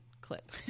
clip